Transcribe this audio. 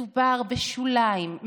מדובר בשוליים,